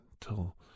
till